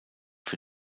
für